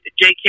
jk